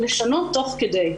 לשנות תוך כדי.